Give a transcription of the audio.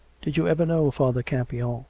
did you ever know father campion?